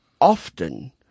often